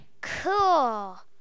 Cool